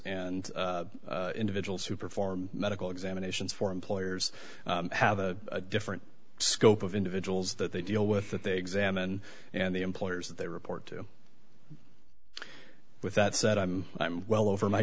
and individuals who perform medical examinations for employers have a different scope of individuals that they deal with that they examined and the employers that they report to with that said i'm i'm well over my